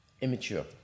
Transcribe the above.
immature